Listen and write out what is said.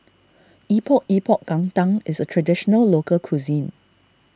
Epok Epok Kentang is a Traditional Local Cuisine